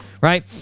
Right